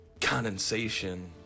condensation